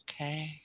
Okay